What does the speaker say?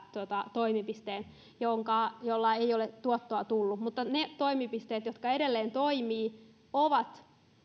toimipisteen josta ei ole tuottoa tullut ne toimipisteet jotka edelleen ovat olemassa toimivat